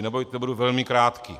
Nebojte, budu velmi krátký.